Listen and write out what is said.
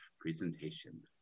presentation